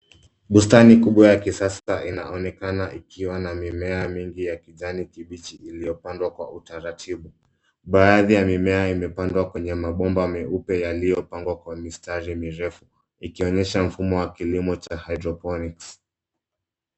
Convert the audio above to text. Bustani kubwa ya kisasa inaonekana ikiwa na mimea mingi ya kijani kibichi iliyopandwa kwa utaratibu. Baadhi ya mimea imepandwa kwenye mabomba meupe yaliyopangwa kwa mistari mirefu ikionesha mfumo wa kilimo cha hydroponics .